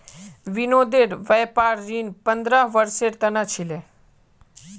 विनोदेर व्यापार ऋण पंद्रह वर्षेर त न छिले